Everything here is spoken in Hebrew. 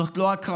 זאת לא הקרבה?